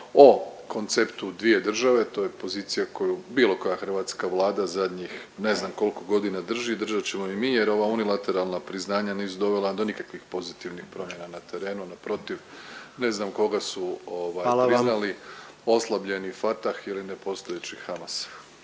o konceptu dvije države, to je pozicija koju bilo koja hrvatska Vlada zadnjih ne znam koliko godina drži i držat ćemo i mi jer ova unilateralna priznanja nisu dovela do nikakvih pozitivnih promjena na terenu, naprotiv, ne zna koga su …/Upadica predsjednik: Hvala vam./… priznali, oslabljeni Fatah ili nepostojeći Hamas.